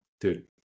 Dude